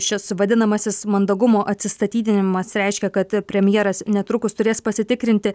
šis vadinamasis mandagumo atsistatydinimas reiškia kad premjeras netrukus turės pasitikrinti